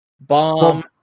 bomb